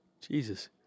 Jesus